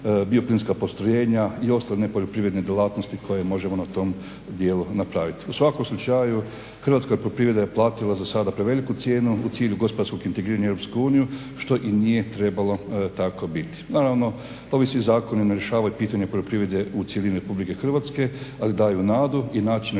bioplinska postrojenja i ostale poljoprivredne djelatnosti koje možemo na tom dijelu napraviti. U svakom slučaju hrvatska poljoprivreda je platila za sada preveliku cijenu u cilju gospodarskog integriranja u Europsku uniju, što i nije trebalo tako biti. Naravno, ovi svi zakoni ne rješavaju pitanje poljoprivrede u cilju Republike Hrvatske ali daju nadu i način rada